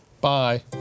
Bye